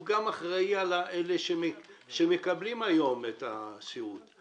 הוא גם אחראי על אלה שמקבלים היום את הסיעוד.